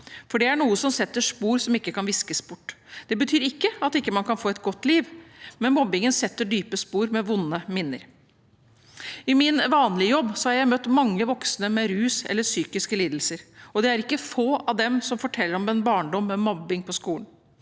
Det er noe som setter spor som ikke kan viskes bort. Det betyr ikke at man ikke kan få et godt liv, men mobbingen setter dype spor med vonde minner. I min vanlige jobb har jeg møtt mange voksne med rusutfordringer og/eller psykiske lidelser, og det er ikke få av dem som forteller om en barndom med mobbing på skolen.